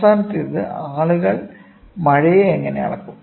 അവസാനത്തേത് ആളുകൾ മഴയെ എങ്ങനെ അളക്കും